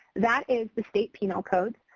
that is the state penal code.